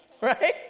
Right